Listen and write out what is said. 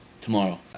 tomorrow